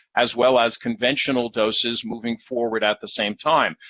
as well as conventional doses moving forward at the same time.